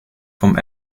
vom